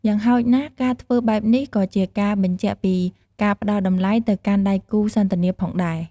យ៉ាងហោចណាស់ ការធ្វើបែបនេះក៏ជាការបញ្ជាក់ពីការផ្ដល់តម្លៃទៅកាន់ដៃគូសន្ទនាផងដែរ។